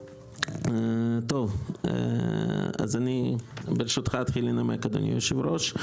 אז אני ברשותך אתחיל לנמק, אדוני היושב-ראש.